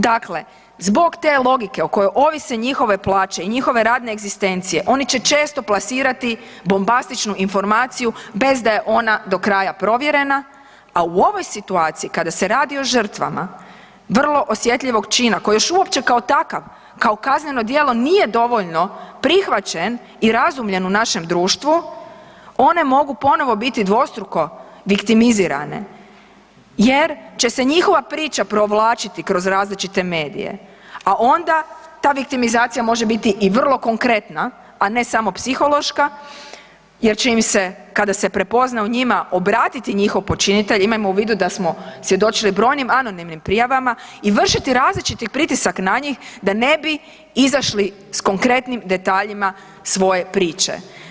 Dakle, zbog te logike o kojoj ovise njihove plaće i njihove radne egzistencije oni će često plasirati bombastičnu informaciju bez da je ona do kraja provjerena, a u ovoj situaciji kada se radi o žrtvama vrlo osjetljivog čina koji još uopće kao takav, kao kazneno djelo nije dovoljno prihvaćen i razumljen u našem društvu one mogu ponovo biti dvostruko viktimizirane jer će se njihova priča provlačiti kroz različiti kroz različite medije, a onda ta viktimizacija može biti i vrlo konkretna, a ne samo psihološka jer će im se kada se prepozna u njima obratiti njihov počinitelj imajmo u vidu da smo svjedočili brojnim anonimnim prijavama i vršiti različiti pritisak na njih da ne bi izašli s konkretnim detaljima svoje priče.